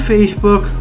Facebook